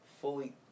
fully